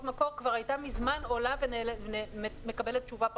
מקור כבר הייתה מזמן עולה ומקבלת תשובה פרשנית.